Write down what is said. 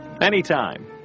Anytime